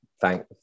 thank